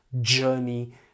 journey